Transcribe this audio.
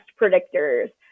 predictors